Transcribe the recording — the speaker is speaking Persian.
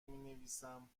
مینویسم